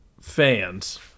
fans